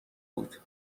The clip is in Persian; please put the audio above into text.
بود